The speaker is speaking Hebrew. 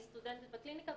שהיא סטודנטית בקליניקה,